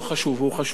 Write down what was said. הוא חשוב מאוד.